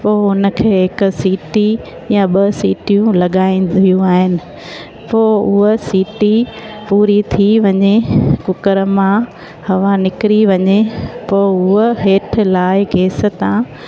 पोइ हुनखे हिक सीटी या ॿ सीटियूं लॻाएंदियूं आहिनि पोइ उहा सीटी पूरी थी वञे कुकर मां हवा निकिरी वञे पोइ उहा हेठि लाइ गैस था